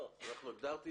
הגדרתי